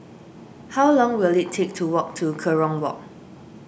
how long will it take to walk to Kerong Walk